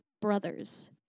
brothers